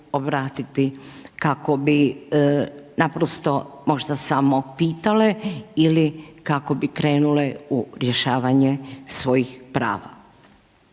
kako bi naprosto možda samo pitale ili kako bi krenule u rješavanje svojih prava.